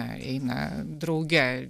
eina drauge